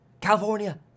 California